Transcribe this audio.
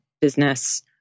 business